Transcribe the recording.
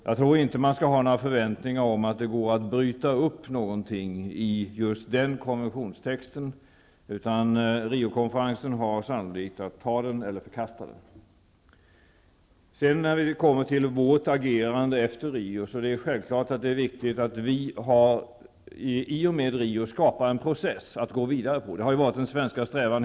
Jag tror inte man skall ha några förväntningar om att det går att ändra någonting i just konventionstexten, utan Riokonferensen har sannolikt att anta den eller förkasta den. När det gäller Sveriges agerande efter Riokonferensen är det självklart att vi i och med Rio har skapat en process att gå vidare med. Det har hela tiden varit den svenska strävan.